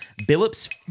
Billups